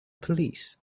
police